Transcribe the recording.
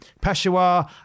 Peshawar